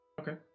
okay